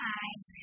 eyes